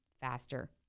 faster